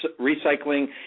Recycling